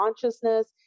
consciousness